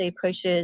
pushes